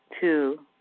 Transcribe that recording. Two